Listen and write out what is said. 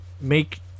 make